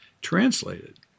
translated